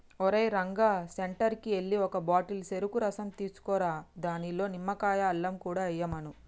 ఓరేయ్ రంగా సెంటర్కి ఎల్లి ఒక బాటిల్ సెరుకు రసం తీసుకురా దానిలో నిమ్మకాయ, అల్లం కూడా ఎయ్యమను